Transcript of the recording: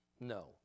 no